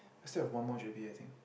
I still have one more GERPE I think